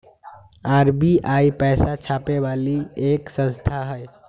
RBI पैसा छापे वाली एक संस्था हई